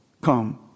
come